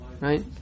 right